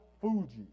Fuji